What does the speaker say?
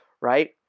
right